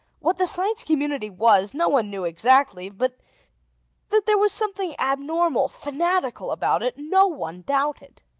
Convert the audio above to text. what the science community was, no one knew exactly but that there was something abnormal, fanatical, about it, no one doubted.